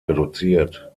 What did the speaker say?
reduziert